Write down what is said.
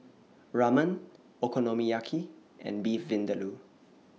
Ramen Okonomiyaki and Beef Vindaloo